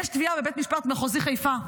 יש תביעה בבית משפט מחוזי חיפה.